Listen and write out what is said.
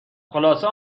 خلاصه